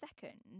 second